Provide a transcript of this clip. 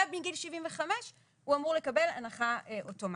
ומגיל 75 הוא אמור לקבל הנחה אוטומטית.